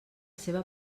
seva